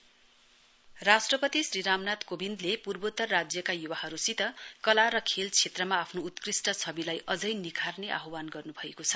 president राष्ट्रपति श्री रामनाथ कोविन्दले पूर्वोत्तर राज्यका युवाहरूसित कला र खेल क्षेत्रमा आफ्नो उत्कृष्ट छविलाई अझै निखार्ने आह्वान गर्नु भएको छ